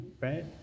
right